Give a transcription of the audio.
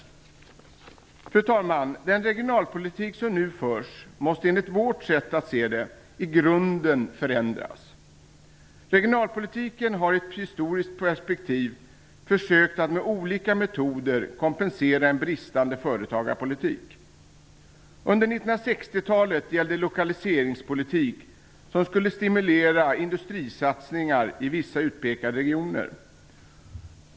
Fru talman! Den regionalpolitik som nu förs måste enligt vårt sätt att se det i grunden förändras. Regionalpolitiken har i ett historiskt perspektiv försökt att med olika metoder kompensera en bristande företagarpolitik. Under 1960-talet gällde lokaliseringspolitik som skulle stimulera industrisatsningar i vissa utpekade regioner.